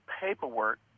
paperwork